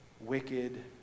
wicked